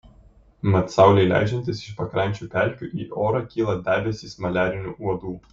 mat saulei leidžiantis iš pakrančių pelkių į orą kyla debesys maliarinių uodų